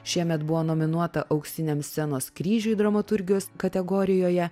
šiemet buvo nominuota auksiniam scenos kryžiui dramaturgijos kategorijoje